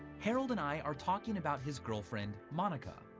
harold and i are talking about his girlfriend, monica.